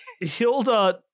Hilda